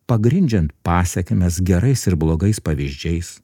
pagrindžiant pasekmes gerais ir blogais pavyzdžiais